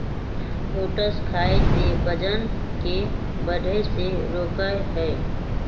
oats खाई से वजन के बढ़े से रोका हई